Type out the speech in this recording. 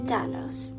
Danos